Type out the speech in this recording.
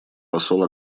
посол